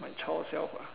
my child self ah